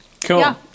Cool